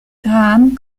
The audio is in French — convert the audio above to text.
graham